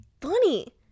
funny